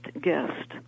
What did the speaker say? guest